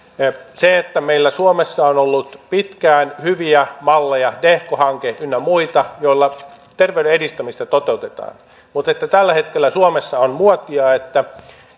meillä suomessa on ollut pitkään hyviä malleja tehko hanke ynnä muita joilla terveyden edistämisestä toteutetaan mutta tällä hetkellä suomessa on muotia että